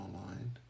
online